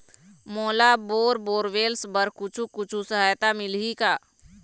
मोला bore borewells बर कुछू कछु सहायता मिलही का?